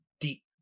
deep